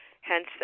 hence